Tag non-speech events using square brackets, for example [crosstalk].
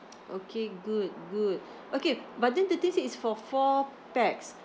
[noise] okay good good okay but then the thing is it's for four pax